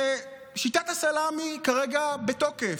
ששיטת הסלאמי כרגע בתוקף.